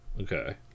okay